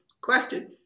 question